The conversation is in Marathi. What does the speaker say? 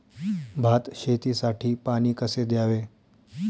भात शेतीसाठी पाणी कसे द्यावे?